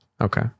Okay